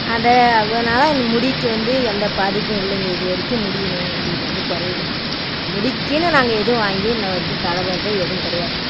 அதை அதனால் இந்த முடிக்கு வந்து எந்த பாதிப்பும் இல்லைங்க இது வரைக்கும் முடி எங்களுக்கு வந்து குறையிலிங்க முடிக்குன்னு நாங்கள் எதுவும் வாங்கி இன்று வரைக்கும் தடவுகிறதே எதுவும் கிடையாதுங்க